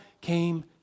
came